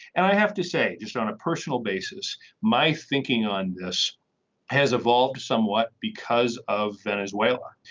and i have to say just on a personal basis my thinking on this has evolved somewhat because of venezuela.